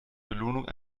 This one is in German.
belohnung